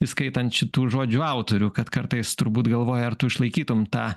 įskaitant šitų žodžių autorių kad kartais turbūt galvoji ar tu išlaikytum tą